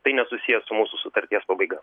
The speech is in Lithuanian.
tai nesusiję su mūsų sutarties pabaiga